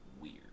weird